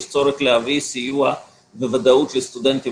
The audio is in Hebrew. יש צורך להביא סיוע בוודאות לסטודנטים